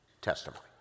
testimony